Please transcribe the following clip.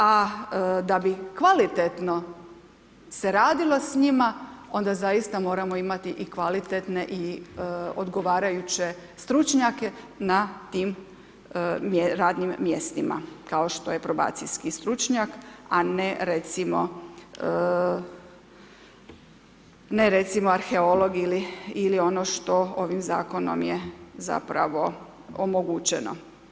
A da bi kvalitetno se radilo s njima onda zaista moramo imati i kvalitetne i odgovarajuće stručnjake na tim radnim mjestima kao što je probacijski stručnjak a ne recimo arheolog ili ono što ovim zakonom je zapravo omogućeno.